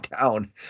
down